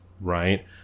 right